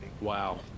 Wow